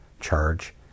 charge